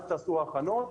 אל תעשו הכנות,